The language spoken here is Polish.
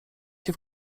się